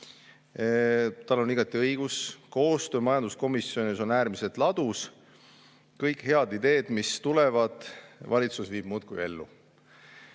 Tal on igati õigus – koostöö majanduskomisjonis on äärmiselt ladus. Kõik head ideed, mis tulevad, valitsus viib muudkui ellu.